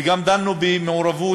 וגם דנו במעורבות